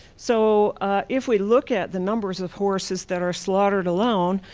so if we look at the numbers of horses that are slaughtered alone,